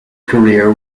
career